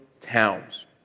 towns